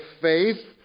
faith